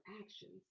actions